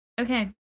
Okay